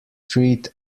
street